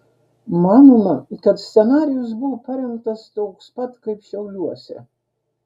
manoma kad scenarijus buvo parengtas toks pat kaip šiauliuose